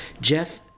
Jeff